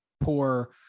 poor